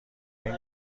این